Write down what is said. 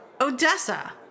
Odessa